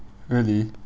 really